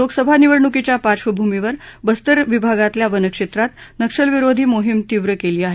लोकसभा निवडणुकीच्या पार्धभूमीवर बस्तर विभागातल्या वनक्षेत्रात नक्षलविरोधी मोहीम तीव्र केली आहे